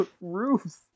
roofs